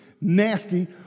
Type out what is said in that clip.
nasty